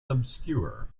obscure